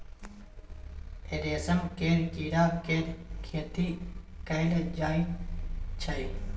रेशम केर कीड़ा केर खेती कएल जाई छै